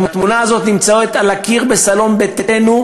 התמונה הזאת נמצאת על הקיר בסלון ביתנו,